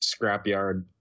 scrapyard